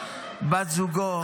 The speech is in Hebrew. בת זוגו